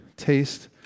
taste